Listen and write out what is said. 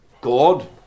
God